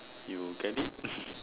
you get it